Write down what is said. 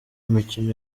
imikino